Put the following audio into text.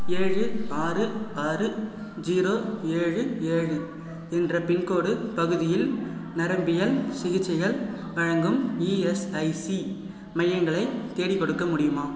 ஏழு ஆறு ஆறு ஜீரோ ஏழு ஏழு என்ற பின்கோட் பகுதியில் நரம்பியல் சிகிச்சைகள் வழங்கும் இஎஸ்ஐசி மையங்களை தேடிக்கொடுக்க முடியுமா